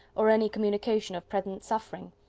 or any communication of present suffering.